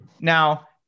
Now